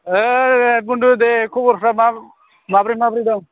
ओइ बुनदु दे खबरफ्रा मा माब्रै माब्रै दं